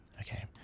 Okay